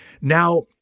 Now